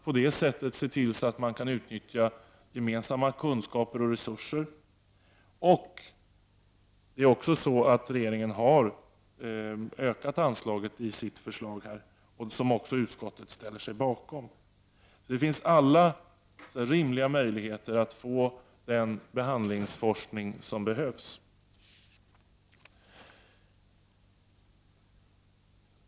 På det sättet kan man se till att gemensamma kunskaper och resurser utnyttjas. Regeringen har också föreslagit ökade anslag, vilket utskottet ställer sig bakom. Det finns alltså alla rimliga möjligheter att få till stånd den behandlingsforskning som behövs.